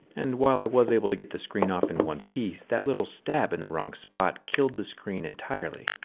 and while i was able to get the screen off in one piece, that little stab in the wrong spot killed the screen entirely.